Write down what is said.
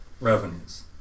revenues